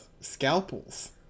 scalpels